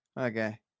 okay